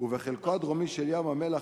ובחלקו הדרומי של ים-המלח,